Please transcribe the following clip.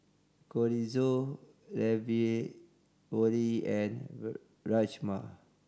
Chorizo Ravioli and Rajma